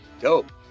Dope